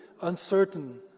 uncertain